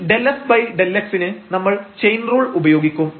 ഈ ∂f∂x ന് നമ്മൾ ചെയിൻ റൂൾ ഉപയോഗിക്കും